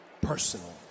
personal